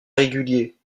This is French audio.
régulier